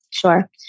Sure